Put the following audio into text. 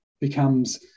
becomes